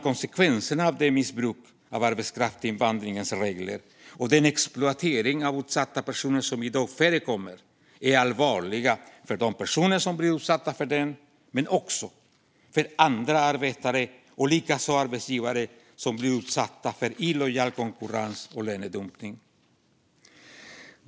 Konsekvenserna av det missbruk av arbetskraftsinvandringens regler och den exploatering av utsatta personer som i dag förekommer är allvarliga för de personer som blir utsatta för det, men också för andra arbetare och för arbetsgivare som blir utsatta för illojal konkurrens och lönedumpning.